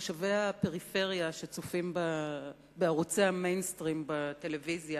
תושבי הפריפריה שצופים בערוצי ה"מיינסטרים" בטלוויזיה